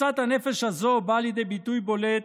משאת הנפש הזו באה לידי ביטוי בולט